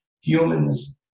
humans –